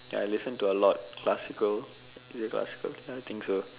ya I listen to a lot of classical is it classical ya I think so